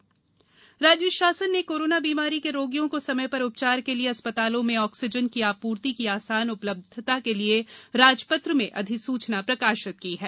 oxygen ambulance राज्य शासन ने कोरोना बीमारी के रोगियों को समय पर उपचार के लिये अस्पतालों में ऑक्सीजन की आपूर्ति की आसान उपलब्धता के लिये राजपत्र में अधिसूचना प्रकाशित की है